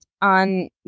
on